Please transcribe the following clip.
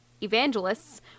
evangelists